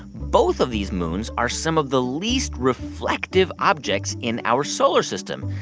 both of these moons are some of the least-reflective objects in our solar system,